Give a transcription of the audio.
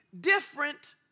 different